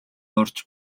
орж